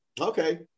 okay